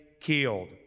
killed